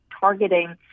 targeting